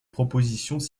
propositions